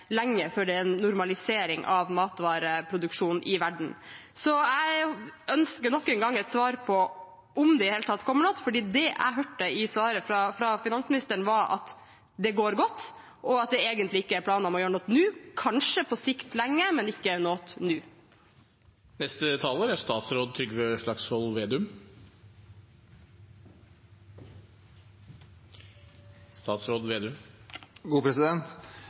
lenge før det er en normalisering av matvareproduksjonen i verden. Så jeg ønsker nok en gang et svar på om det i det hele tatt kommer noe, for det jeg hørte i svaret fra finansministeren, var at det går godt, og at det egentlig ikke er planer om å gjøre noe nå – kanskje på lengre sikt, men ikke noe nå.